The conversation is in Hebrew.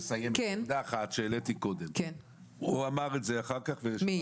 נקודה אחת שהעליתי קודם הוא אמר את זה אחר כך -- מי,